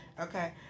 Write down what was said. Okay